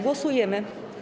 Głosujemy.